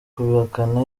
kubihakana